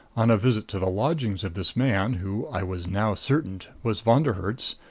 on a visit to the lodgings of this man who, i was now certain, was von der herts,